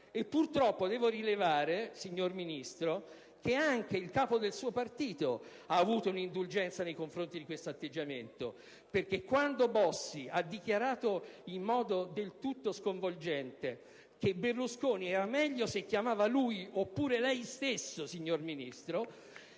Purtroppo devo rilevare, signor Ministro, che anche il capo del suo partito ha avuto un'indulgenza nei confronti di questo atteggiamento; perché quando Bossi ha dichiarato, in modo del tutto sconvolgente, che sarebbe stato meglio se Berlusconi avesse chiamato lui oppure lei, signor Ministro